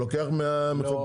הוא לוקח מהמחוקק,